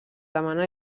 demana